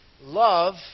Love